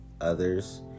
others